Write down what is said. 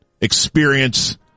experience